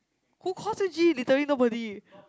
who calls her G literally nobody